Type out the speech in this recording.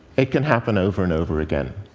it can happen over and over again.